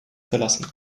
verlassen